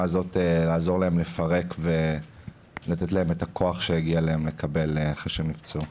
הזאת ולתת להם את הכוח שהגיע להם לקבל אחרי שהם נפצעו.